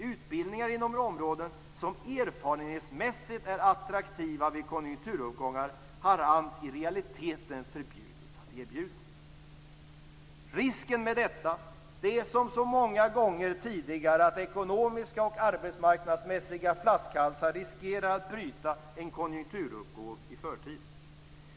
Utbildningar inom områden som erfarenhetsmässigt är attraktiva vid konjunkturuppgångar har AMS i realiteten förbjudits anordna. Risken med detta är, som så många gånger tidigare, att ekonomiska och arbetsmarknadsmässiga flaskhalsar riskerar att bryta en konjunkturuppgång i förtid.